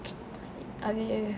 அது :athu